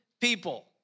people